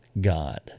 God